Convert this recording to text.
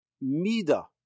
mida